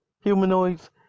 Humanoids